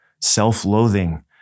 self-loathing